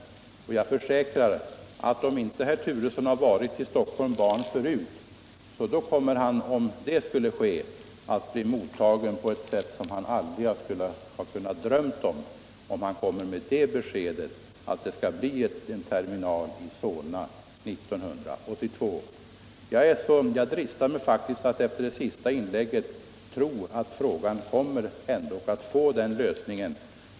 Jag försäkrar att om inte herr Turesson har varit på Stockholm Ban förut kommer han, om han gör ett besök där, att bli mottagen på ett sätt som han aldrig kunnat drömma om, ifall han lämnar beskedet att det skall bli en terminal i Solna 1982. Jag dristar mig faktiskt att efter herr Turessons senaste inlägg tro att frågan ändå kommer att få den lösningen.